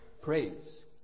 Praise